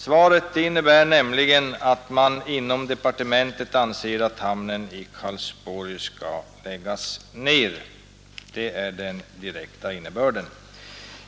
Svaret innebär nämligen att man inom departementet anser att hamnen i Karlsborg skall läggas ner; det är den direkta innebörden.